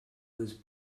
was